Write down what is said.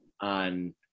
on